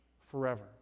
forever